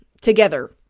together